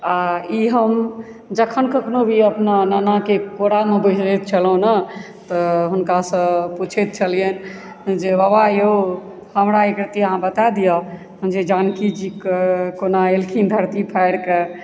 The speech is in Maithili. आ ई हम जखन कखनोभी अपन नानाके कोरामे बैसैत छलहुँ ने तऽ हुनकासँ पुछैत छलियैन जे बाबा यौ हमरा एकरति बता दिअऽ जे जानकी जी कोना एलखिन धरती फारि कऽ